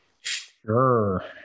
Sure